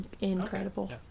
incredible